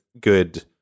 good